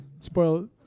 spoil